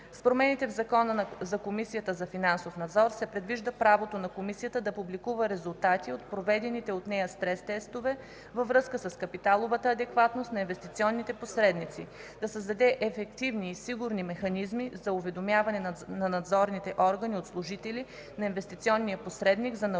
С промените в Закона за Комисията за финансов надзор се предвижда правото на комисията да публикува резултати от проведените от нея стрес тестове във връзка с капиталовата адекватност на инвестиционните посредници, да създаде ефективни и сигурни механизми за уведомяване на надзорните органи от служители на инвестиционния посредник за нарушения